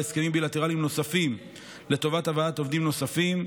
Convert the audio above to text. הסכמים בילטרליים נוספים לטובת הבאת עובדים נוספים,